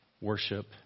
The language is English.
worship